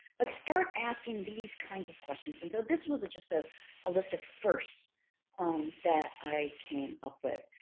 but start asking these kinds of questions. and so this was just ah a list of firsts um that i came up with.